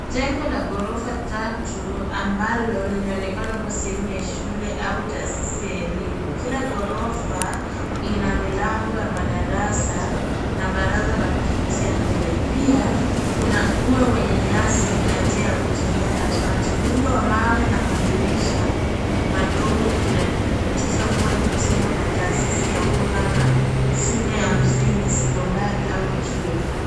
Jengo la ghorofa tatu ambalo linaonekana kuwa sehemu ya shule au taasisi ya elimu. Kila ghorofa ina milango ya madarasa na baraza la kupitia mbele, pia kuna ua wenye nyasi na njia ya kutembea katikati. Muundo wa mawe na madirisha madogo, inadhibitisha kuwa ni jengo la taasaisi ya umma kama shule ya msingi , sekondari au chuo.